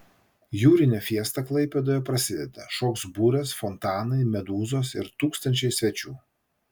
jūrinė fiesta klaipėdoje prasideda šoks burės fontanai medūzos ir tūkstančiai svečių